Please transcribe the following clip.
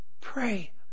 Pray